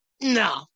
no